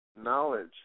knowledge